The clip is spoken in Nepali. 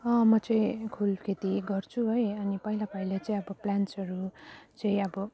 म चाहिँ फुल खेती गर्छु है अनि पहिला पहिला चाहिँ अब प्लान्टसहरू चाहिँ अब